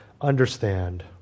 understand